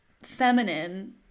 feminine